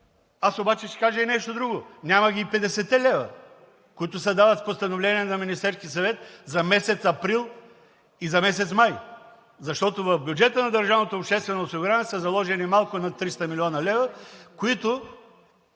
Аз обаче ще кажа и нещо друго – няма ги и 50-те лева, които се дават с постановление на Министерския съвет за месец април и за месец май, защото в бюджета на държавното обществено осигуряване са заложени малко над 300 млн. лв., с които